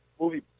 movie